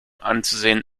anzusehen